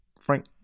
frank